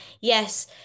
yes